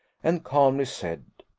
and calmly said,